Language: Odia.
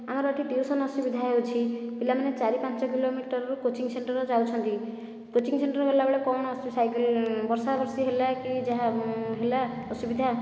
ଆମର ଏଠି ଟିଉସନ ଅସୁବିଧା ହେଉଛି ପିଲାମାନେ ଚାରି ପାଞ୍ଚ କିଲୋମିଟରରୁ କୋଚିଂ ସେଣ୍ଟର ଯାଉଛନ୍ତି କୋଚିଂ ସେଣ୍ଟର ଗଲା ବେଳେ କ'ଣ ସାଇକେଲ ବର୍ଷା ବର୍ଷି ହେଲା କି ଯାହା ହେଲା ଅସୁବିଧା